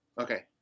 Okay